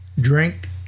drink